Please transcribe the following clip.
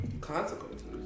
consequences